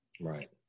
Right